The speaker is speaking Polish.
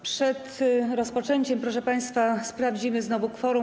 Przed rozpoczęciem, proszę państwa, sprawdzimy znowu kworum.